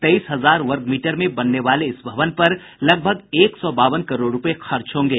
तेईस हजार वर्गमीटर में बनने वाले इस भवन पर लगभग एक सौ बावन करोड़ रूपये खर्च होंगे